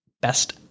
Best